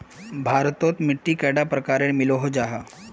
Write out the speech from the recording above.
भारत तोत मिट्टी कैडा प्रकारेर मिलोहो जाहा?